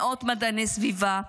מאות מדעני סביבה,